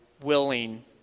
willing